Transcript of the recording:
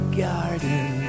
garden